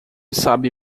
sabe